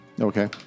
Okay